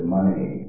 Money